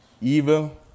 evil